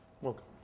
Welcome